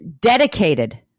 dedicated